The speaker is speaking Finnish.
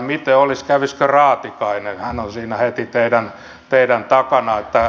miten olisi kävisikö raatikainen hän on siinä heti teidän takananne